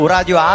Radio